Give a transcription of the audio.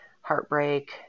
heartbreak